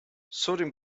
sodium